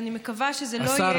ואני מקווה שזה לא יהיה,